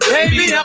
Baby